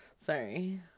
Sorry